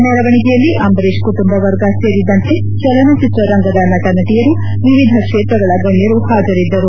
ಮೆರವಣಿಗೆಯಲ್ಲಿ ಅಂಬರೀಶ್ ಕುಟುಂಬ ವರ್ಗ ಸೇರಿದಂತೆ ಚಲನಚಿತ್ರ ರಂಗದ ನಟನಟಿಯರು ವಿವಿಧ ಕ್ಷೇತ್ರಗಳ ಗಣ್ಣರು ಹಾಜರಿದ್ದರು